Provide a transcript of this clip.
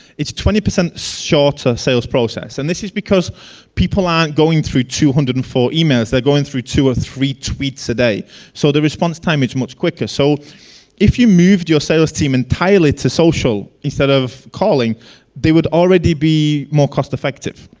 it's twenty percent shorter sales process and this is, because people are going through two hundred and four emails are going through two or three tweets a day so the response time it's much quicker. so if you moved your sales team entirely to social, instead of calling they would already be more cost-effective.